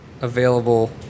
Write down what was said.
available